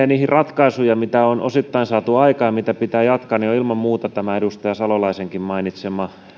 osallistuu niitä ratkaisuja ongelmiin mitä on osittain saatu aikaan ja mitä pitää jatkaa ovat ilman muuta tämä edustaja salolaisenkin mainitsema